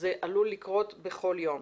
שזה עלול לקרות בכל יום.